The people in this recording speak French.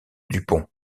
dupont